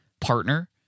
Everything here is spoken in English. partner